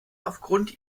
aufgrund